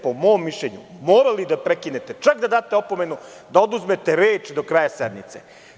Po mom mišljenju, morali ste da prekinete, čak da date opomenu, da oduzmete reč do kraja sednice.